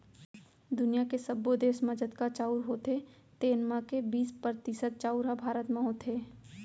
दुनियॉ के सब्बो देस म जतका चाँउर होथे तेन म के बीस परतिसत चाउर ह भारत म होथे